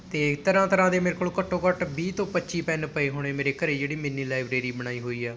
ਅਤੇ ਤਰ੍ਹਾਂ ਤਰ੍ਹਾਂ ਦੇ ਮੇਰੇ ਕੋਲ ਘੱਟੋ ਘੱਟ ਵੀਹ ਤੋਂ ਪੱਚੀ ਪੈੱਨ ਪਏ ਹੋਣੇ ਮੇਰੇ ਘਰ ਜਿਹੜੀ ਮਿਨੀ ਲਾਈਬ੍ਰੇਰੀ ਬਣਾਈ ਹੋਈ ਆ